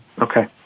Okay